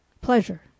pleasure